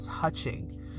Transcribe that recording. touching